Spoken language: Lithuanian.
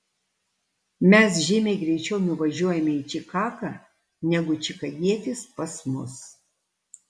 mes žymiai greičiau nuvažiuojame į čikagą negu čikagietis pas mus